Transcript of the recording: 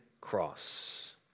cross